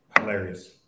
Hilarious